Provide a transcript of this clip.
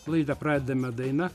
laidą pradedama daina